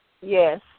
Yes